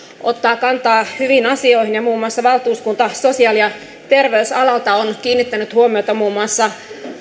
ottaa kantaa hyviin asioihin ja muun muassa valtuuskunta sosiaali ja terveysalalta on kiinnittänyt huomiota muun muassa